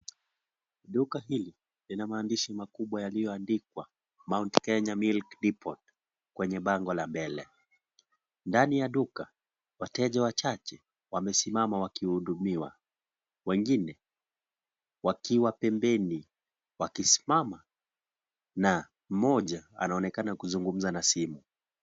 Duka hili, Lina maandishi mkubwa yaliyoandikwa, Mount Kenya Milk Deport , kwenye bango la mbele. Ndani ya duka, wateja wachache wamesimama wakihudumiwa. Wengine, wakiwa pembeni wakismama na mmoja anaonekana kuzungumza na simu.